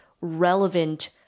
relevant